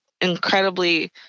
incredibly